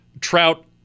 Trout